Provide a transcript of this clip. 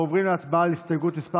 אנחנו עוברים להצבעה על הסתייגות מס'